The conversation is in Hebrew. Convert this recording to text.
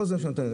לא זה מה שנותן.